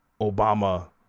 Obama